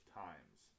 times